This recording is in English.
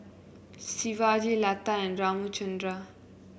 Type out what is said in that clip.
Shivaji Lata and Ramchundra